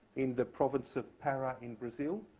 in the province of para in brazil,